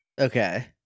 okay